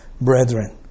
brethren